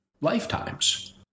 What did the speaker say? lifetimes